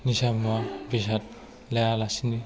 निसा मुवा बेसाद लायालासिनो